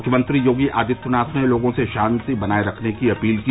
मुख्यमंत्री योगी आदित्यनाथ ने लोगों से शांति बनाए रखने की अपील की